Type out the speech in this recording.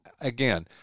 again